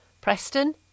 Preston